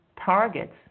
targets